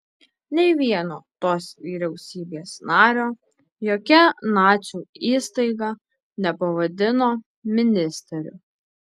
nei vieno tos vyriausybės nario jokia nacių įstaiga nepavadino ministeriu